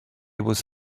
was